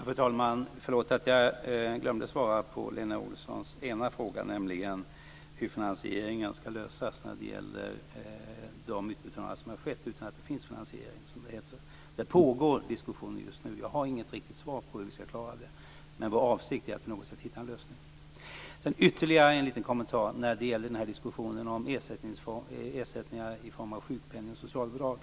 Fru talman! Förlåt att jag glömde att svara på Lena Olssons ena fråga: hur finansieringen ska lösas när det gäller de utbetalningar som skett utan att det finns finansiering, som det heter. Det pågår diskussioner just nu. Jag har inget riktigt svar på hur vi ska klara det. Men vår avsikt är att på något sätt hitta en lösning. Sedan vill jag göra ytterligare en liten kommentar till diskussionen om ersättningar i form av sjukpenning och socialbidrag.